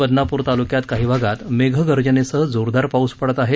अंबड बदनापूर तालुक्यात काही भागात मेघगर्जनेसह जोरदार पाऊस पडत आहे